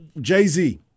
Jay-Z